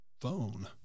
phone